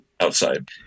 outside